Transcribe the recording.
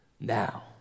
Now